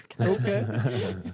okay